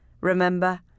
remember